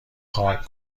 پارک